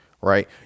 Right